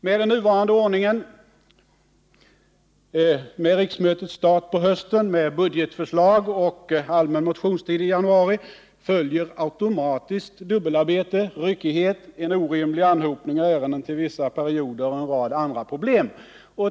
Med den nuvarande ordningen — med riksmötets start på hösten, med budgetförslag och allmän motionstid i januari — följer automatiskt dubbelarbete, ryckighet, en orimlig anhopning av ärenden till vissa perioder och en rad andra problem.